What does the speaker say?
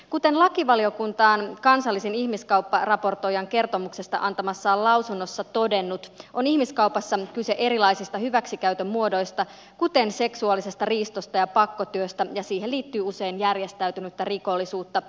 kuten lakivaliokunta on kansallisen ihmiskaupparaportoijan kertomuksesta antamassaan lausunnossa todennut on ihmiskaupassa kyse erilaisista hyväksikäytön muodoista kuten seksuaalisesta riistosta ja pakkotyöstä ja siihen liittyy usein järjestäytynyttä rikollisuutta